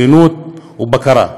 תקינה ובקרה,